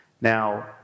Now